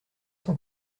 cent